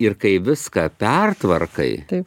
ir kai viską pertvarkai